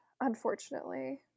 unfortunately